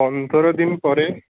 ପନ୍ଦର ଦିନପରେ